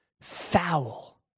Foul